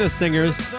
singers